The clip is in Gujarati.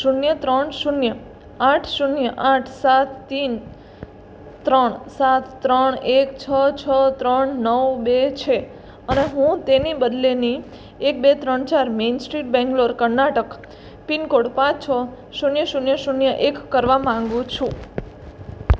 શૂન્ય ત્રણ શૂન્ય આઠ શૂન્ય આઠ સાત તીન ત્રણ સાત ત્રણ એક છ છ ત્રણ નવ બે છે અને હું તેને બદલીને એક બે ત્રણ ચાર main street Bangalore Karnataka pin code પાંચ છ શૂન્ય શૂન્ય શૂન્ય એક કરવા માંગુ છું